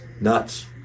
nuts